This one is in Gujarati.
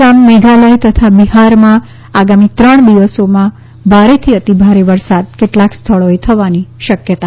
આસામ મેઘાલય તથા બિહારમાં આગામી ત્રણ દિવસોમાં ભારેથી અતિભારે વરસાદ કેટલાક સ્થળોએ થવાની શક્યતા છે